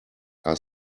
are